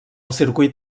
circuit